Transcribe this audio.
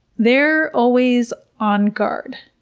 they're always on guard.